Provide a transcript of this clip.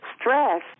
Stress